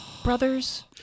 Brothers